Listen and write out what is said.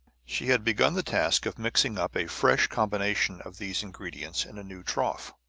she had begun the task of mixing up a fresh combination of these ingredients in a new trough.